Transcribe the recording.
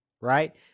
right